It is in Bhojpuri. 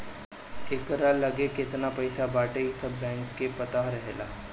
एकरा लगे केतना पईसा बाटे इ सब बैंक के पता रहेला